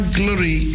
glory